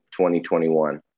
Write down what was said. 2021